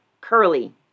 Curly